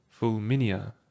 Fulminia